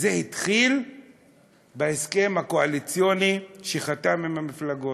וזה התחיל בהסכם הקואליציוני שחתם עם המפלגות,